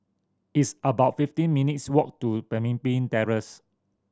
it's about fifteen minutes' walk to Pemimpin Terrace